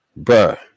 Bruh